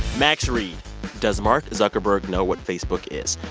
max read does mark zuckerberg know what facebook is?